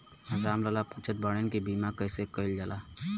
राम लाल पुछत बाड़े की बीमा कैसे कईल जाला?